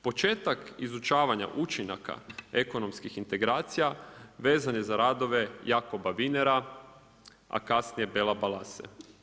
Početak izučavanja učinaka ekonomskih integracija vezan je za radove Jacoba Vinera, a kasnije Bela Balazsea.